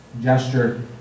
Gesture